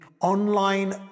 online